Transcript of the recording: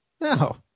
no